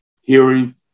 hearing